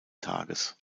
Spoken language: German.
tages